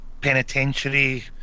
penitentiary